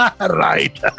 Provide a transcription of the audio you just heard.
Right